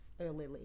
early